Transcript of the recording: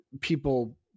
people